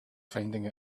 finding